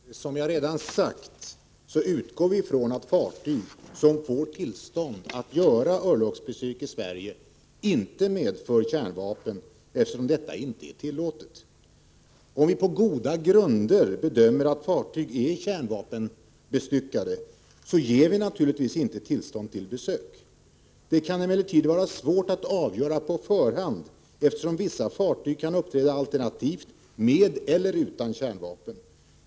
Fru talman! Som jag redan sagt utgår vi från att fartyg som får tillstånd att göra örlogsbesök i Sverige inte medför kärnvapen, eftersom detta inte är tillåtet. Om vi på goda grunder bedömer att fartyg är kärnvapenbestyckade ger vi naturligtvis inte tillstånd till besök. Det kan emellertid vara svårt att avgöra i förväg, eftersom vissa fartyg kan uppträda alternativt med eller utan kärnvapen.